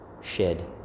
shed